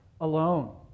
alone